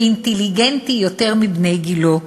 הוא אינטליגנטי יותר מבני גילו,